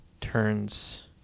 turns